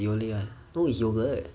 yole lah no it's yoghurt